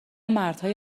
مردهای